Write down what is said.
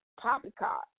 poppycock